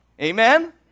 amen